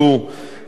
הם משרתים,